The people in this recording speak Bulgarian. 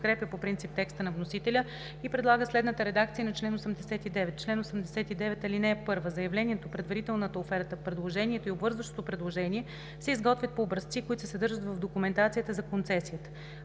подкрепя по принцип текста на вносителя и предлага следната редакция на чл. 89: „Чл. 89. (1) Заявлението, предварителната оферта, предложението и обвързващото предложение се изготвят по образци, които се съдържат в документацията за концесията.